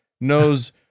knows